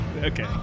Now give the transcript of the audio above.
Okay